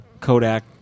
Kodak